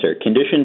Condition